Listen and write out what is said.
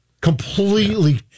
completely